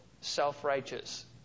self-righteous